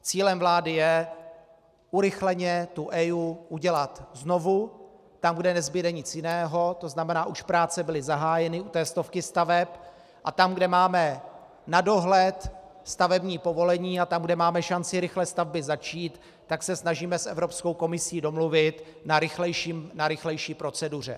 Cílem vlády je urychleně EIA udělat znovu tam, kde nezbude nic jiného, to znamená, už práce byly zahájeny u té stovky staveb, a tam, kde máme na dohled stavební povolení, a tam, kde máme šanci rychle stavby začít, tak se snažíme s Evropskou komisí domluvit na rychlejší proceduře.